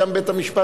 של מינהל תקין,